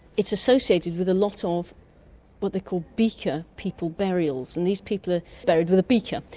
it's associated with a lot of what they call beaker people burials, and these people are buried with a beaker,